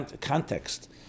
context